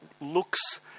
looks